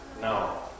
no